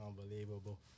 Unbelievable